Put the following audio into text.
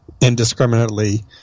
indiscriminately